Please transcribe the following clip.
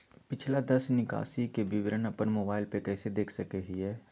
पिछला दस निकासी के विवरण अपन मोबाईल पे कैसे देख सके हियई?